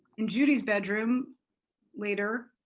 in judy's bedroom later,